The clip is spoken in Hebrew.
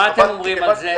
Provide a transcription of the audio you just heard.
מה אתם אומרים על זה?